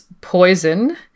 poison